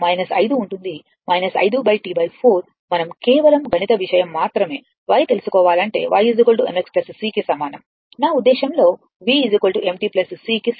5 T 4 మనం కేవలం గణిత విషయం మాత్రమే y తెలుసుకోవాలంటే y mx C కి సమానం నా ఉద్దేశంలో vmt c కి సమానం